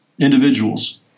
individuals